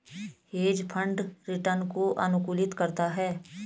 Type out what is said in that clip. hedge fund return को अनुकूलित करता है